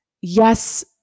Yes